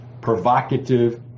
provocative